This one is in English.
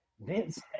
Vince